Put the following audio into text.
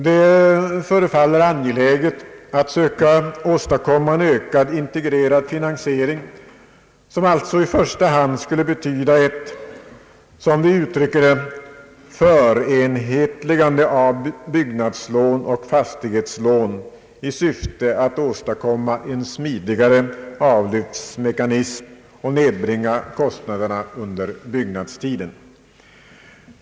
Det förefaller angeläget att söka åstadkomma en ökad integrerad finansiering som alltså i första hand skulle betyda ett — som vi uttrycker det — förenhetligande av byggnadslån och fastighetslån i syfte att åstadkomma en smidigare avlyftsmekanism och nedbringa kostnaderna under byggnadstiden.